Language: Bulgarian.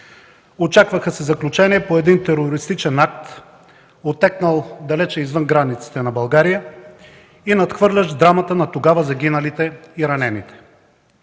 Очакваха се заключения по един терористичен акт, отекнал далече извън границите на България и надхвърлящ драмата на тогава загиналите и ранените,